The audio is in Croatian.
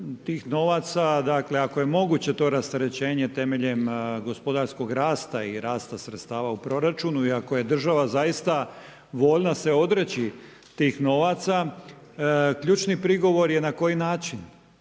ako je moguće to rasterećenje temeljem gospodarskog rasta i rasta sredstava u proračunu i ako je država zaista voljna se odreći tih novaca, ključni prigovor je na koji način?